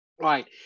right